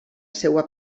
seva